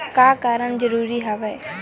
का करना जरूरी हवय?